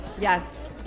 Yes